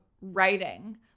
writing